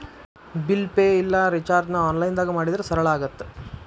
bill pay ಇಲ್ಲಾ ರಿಚಾರ್ಜ್ನ ಆನ್ಲೈನ್ದಾಗ ಮಾಡಿದ್ರ ಸರಳ ಆಗತ್ತ